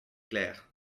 clair